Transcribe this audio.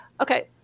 Okay